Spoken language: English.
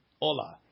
ola